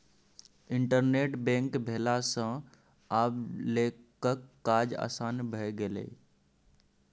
internet bank भेला सँ आब लोकक काज आसान भए गेलै